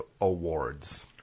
Awards